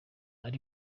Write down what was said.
uri